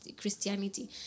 Christianity